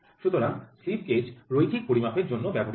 সুতরাং slip gauge রৈখিক পরিমাপের জন্য ব্যবহৃত হয়